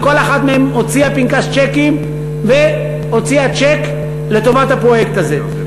וכל אחת מהן הוציאה פנקס צ'קים והוציאה צ'ק לטובת הפרויקט הזה.